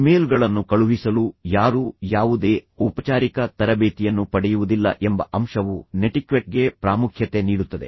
ಇಮೇಲ್ಗಳನ್ನು ಕಳುಹಿಸಲು ಯಾರೂ ಯಾವುದೇ ಔಪಚಾರಿಕ ತರಬೇತಿಯನ್ನು ಪಡೆಯುವುದಿಲ್ಲ ಎಂಬ ಅಂಶವು ನೆಟಿಕ್ವೆಟ್ಗೆ ಪ್ರಾಮುಖ್ಯತೆ ನೀಡುತ್ತದೆ